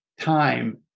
time